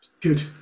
good